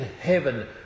heaven